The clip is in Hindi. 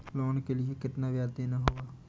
लोन के लिए कितना ब्याज देना होगा?